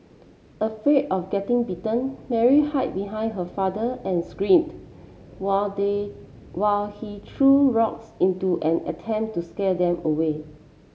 afraid of getting bitten Mary hid behind her father and screamed while they while he threw rocks into an attempt to scare them away